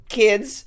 kids